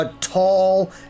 tall